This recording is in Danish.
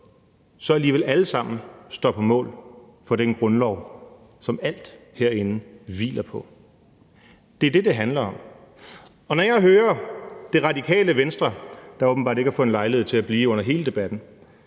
så alligevel alle sammen står på mål for den grundlov, som alt herinde hviler på. Det er det, det handler om. Og når jeg hører Det Radikale Venstre – der åbenbart ikke har fundet lejlighed til at blive under hele debatten